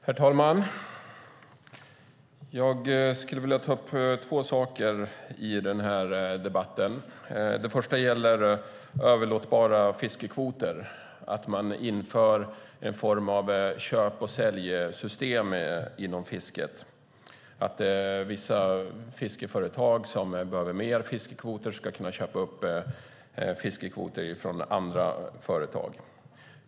Herr talman! Jag skulle vilja ta upp två saker i denna debatt. Jag börjar med överlåtbara fiskekvoter, som handlar om att man inför ett slags köp och säljsystem inom fisket där vissa fiskeföretag som behöver mer fiskekvoter ska kunna köpa upp fiskekvoter från andra företag.